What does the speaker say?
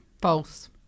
False